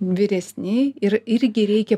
vyresni ir irgi reikia